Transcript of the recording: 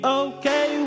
okay